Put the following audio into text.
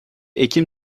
ekim